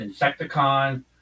Insecticon